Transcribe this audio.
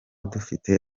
dufite